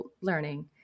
learning